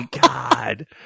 god